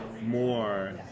more